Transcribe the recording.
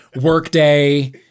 Workday